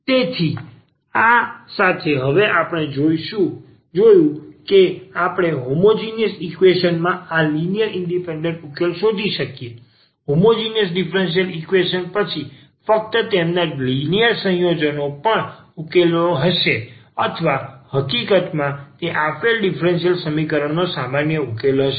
તેથી આ સાથે હવે આપણે જોયું છે કે જો આપણે હોમોજીનીયસ ઈકવેશન ના આ લિનિયર ઇન્ડિપેન્ડન્ટ ઉકેલ શોધી શકીએ હોમોજીનીયસ ડીફરન્સીયલ સમીકરણ પછી ફક્ત તેમના લિનિયર સંયોજનનો પણ ઉકેલ હશે અથવા હકીકતમાં તે આપેલ ડીફરન્સીયલ સમીકરણ નો સામાન્ય ઉકેલ હશે